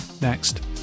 next